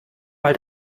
mal